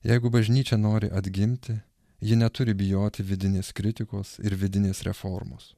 jeigu bažnyčia nori atgimti ji neturi bijoti vidinės kritikos ir vidinės reformos